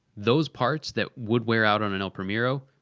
those parts that would wear out on an el primero,